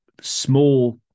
small